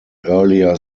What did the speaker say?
earlier